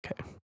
Okay